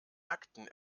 akten